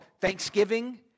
thanksgiving